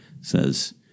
says